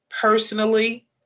personally